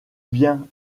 bien